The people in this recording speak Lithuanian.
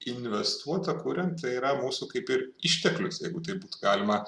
investuota kuriant tai yra mūsų kaip ir išteklius jeigu taip galima